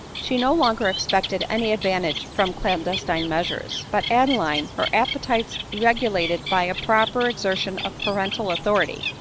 she no longer expected any advantage from clandestine measures but adeline, her appetites regula ted by a proper exertion of parental authority,